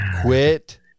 Quit